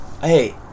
Hey